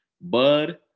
Bud